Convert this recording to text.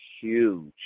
huge